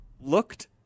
looked